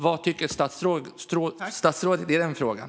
Vad tycker statsrådet i den frågan?